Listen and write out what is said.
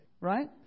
right